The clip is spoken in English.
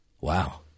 Wow